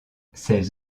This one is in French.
ses